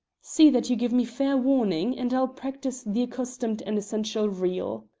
see that you give me fair warning, and i'll practise the accustomed and essential reel.